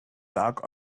dark